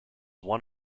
one